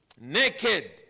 Naked